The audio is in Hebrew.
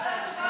מס'